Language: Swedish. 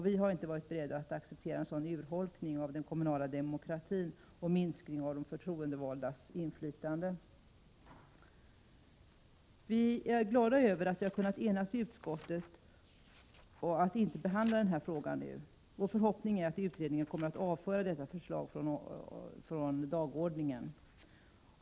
Vi har inte varit beredda att acceptera en sådan urholkning av den kommunala demokratin och en minskning av de förtroendevaldas inflytande. Vi är glada över att vi har kunnat enas i utskottet om att inte behandla denna fråga nu. Vår förhoppning är att utredningen kommer att avföra detta förslag från dagordningen.